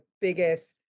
biggest